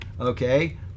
okay